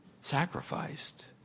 sacrificed